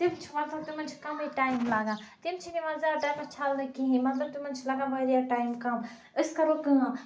تِم چھِ ہۄکھان تِمَن چھُ کَمٕے ٹایِم لَگان تِم چھِنہٕ یِوان زیادٕ ٹایمَس چھَلنہٕ کِہیٖنۍ مَطلَب تِمَن چھُ لَگان واریاہ ٹایِم کَم أسۍ کرو کٲم